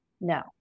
No